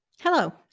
Hello